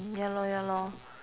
ya lor ya lor